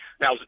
Now